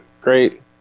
great